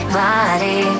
body